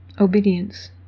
obedience